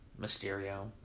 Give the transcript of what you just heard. Mysterio